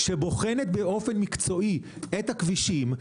יש ועדה מקצועית שבוחנת באופן מקצועי את הכבישים,